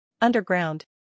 Underground